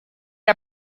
era